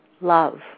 Love